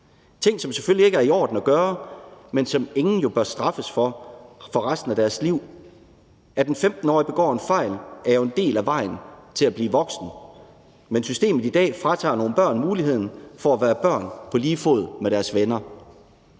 ting, som selvfølgelig ikke er i orden at gøre, men som ingen jo bør straffes for resten af deres liv. At en 15-årig begår en fejl, er en del af vejen til at blive voksen, men systemet i dag fratager nogle børn muligheden for at være børn på lige fod med deres venner.